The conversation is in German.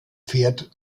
pferd